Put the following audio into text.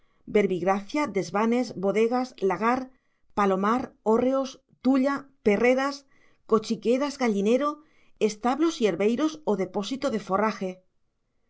verbigracia desvanes bodegas lagar palomar hórreos tulla perreras cochiqueras gallinero establos y herbeiros o depósitos de forraje